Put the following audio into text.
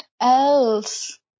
else